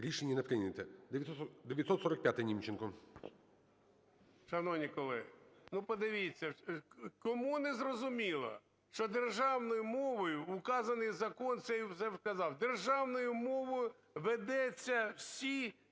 Рішення не прийнято. 945-а. Німченко.